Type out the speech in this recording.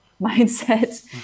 mindset